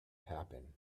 happen